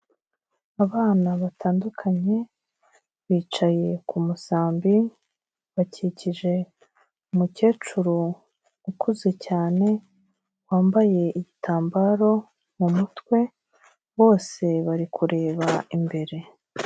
Abana batandukanye bicaye ku musambi, bakikije umukecuru ukuze cyane, wambaye igitambaro mu mutwe, bose bari kureba imbere.